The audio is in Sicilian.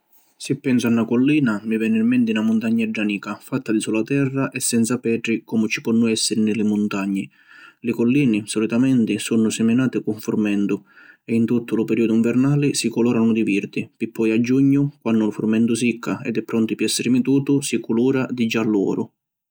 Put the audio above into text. Si pensu a na collina, mi veni in menti na muntagnedda nica fatta di sula terra e senza petri comu ci ponnu essiri ni li muntagni. Li collini, solitamenti, sunnu siminati cu furmentu e in tuttu lu periodu nvernali si coloranu di virdi pi poi a giugnu, quannu lu furmentu sicca ed è pronti pi essiri mitutu, si culura di giallu/oru.